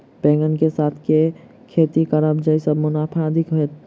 बैंगन कऽ साथ केँ खेती करब जयसँ मुनाफा अधिक हेतइ?